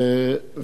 חס וחלילה,